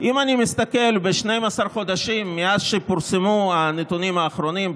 אם אתה מסתכל ב-12 החודשים מאז שפורסמו הנתונים האחרונים,